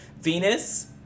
venus